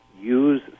use